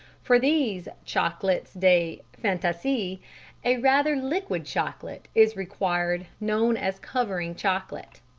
for these chocolats de fantaisie a rather liquid chocolate is required known as covering chocolate.